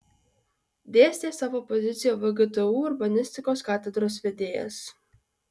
dėstė savo poziciją vgtu urbanistikos katedros vedėjas